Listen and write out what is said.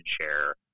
share